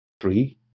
three